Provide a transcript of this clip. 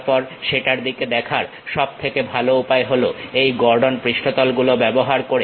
তারপর সেটার দিকে দেখার সব থেকে ভালো উপায় হলো এই গর্ডন পৃষ্ঠতল গুলো ব্যবহার করে